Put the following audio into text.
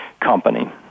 company